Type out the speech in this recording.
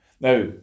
Now